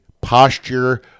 posture